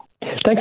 Thanks